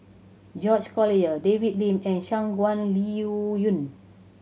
George Collyer David Lim and Shangguan Liuyun